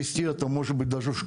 ליקווידטורים, ממקום שבו גם אתם